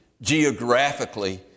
geographically